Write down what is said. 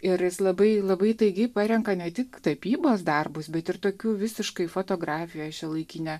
ir jis labai labai įtaigiai parenka ne tik tapybos darbus bet ir tokių visiškai fotografiją šiuolaikinę